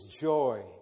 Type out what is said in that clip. joy